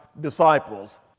disciples